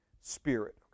spirit